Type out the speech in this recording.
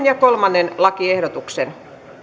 ja kolmannesta lakiehdotuksesta